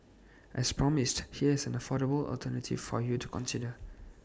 as promised here is an affordable alternative for you to consider